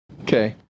Okay